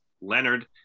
Leonard